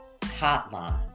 Hotline